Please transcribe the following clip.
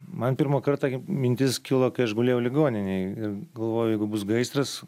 man pirmą kartą mintis kilo kai aš gulėjau ligoninėj ir galvojau jeigu bus gaisras